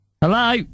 Hello